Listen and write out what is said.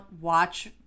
watch